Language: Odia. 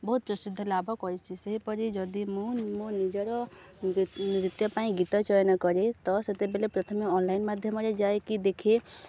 ବହୁତ ପ୍ରସିଦ୍ଧ ଲାଭ କରିଛି ସେହିପରି ଯଦି ମୁଁ ମୋ ନିଜର ନୃତ୍ୟ ପାଇଁ ଗୀତ ଚୟନ କରେ ତ ସେତେବେଲେ ପ୍ରଥମେ ଅନଲାଇନ୍ ମାଧ୍ୟମରେ ଯାଇକି ଦେଖେ